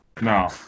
No